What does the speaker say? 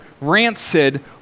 rancid